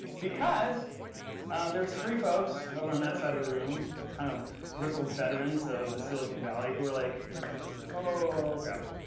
because um there was three folks over on that side of the room kind of grizzled veterans of the silicon valley who were like oh crap,